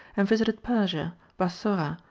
and visited persia, bassorah,